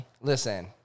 Listen